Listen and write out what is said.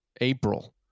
April